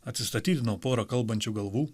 atsistatydino pora kalbančių galvų